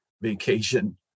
vacation